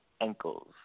ankles